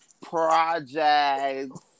projects